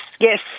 yes